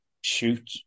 shoot